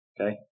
Okay